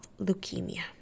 leukemia